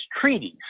treaties